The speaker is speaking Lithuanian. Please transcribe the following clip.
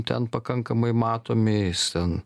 ten pakankamai matomi jis ten